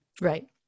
Right